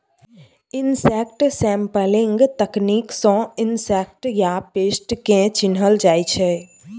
insect sampling तकनीक सँ insect या पेस्ट केँ चिन्हल जाइ छै